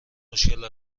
مشکل